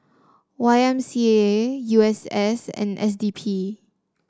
Y M C A U S S and S D P